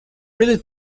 really